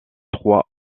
trois